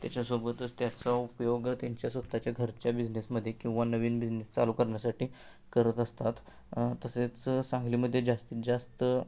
त्याच्यासोबतच त्याचा उपयोग त्यांच्या स्वतःच्या घरच्या बिझनेसमध्ये किंवा नवीन बिझनेस चालू करण्यासाठी करत असतात तसेच सांगलीमध्ये जास्तीत जास्त